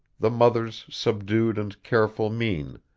the mother's subdued and careful mien,